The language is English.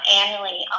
annually